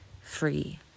free